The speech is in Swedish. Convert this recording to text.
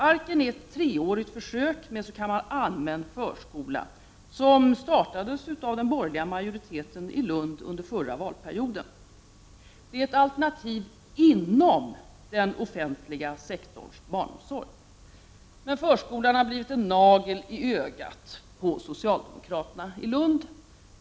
Arken är ett treårigt försök med s.k. allmän förskola, som startades av den borgerliga majoriteten i Lund förra valperioden. Det är ett alternativ inom den offentliga sektorns barnomsorg. Men förskolan har blivit en nagel i ögat på socialdemokraterna i Lund.